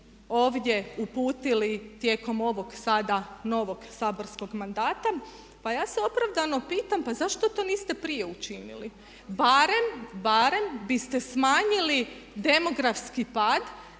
ovdje uputili tijekom ovog sada novog saborskog mandata, pa ja se opravdano pitam pa zašto to niste prije učinili barem biste smanjili demografski pad